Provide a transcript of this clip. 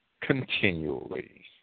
continually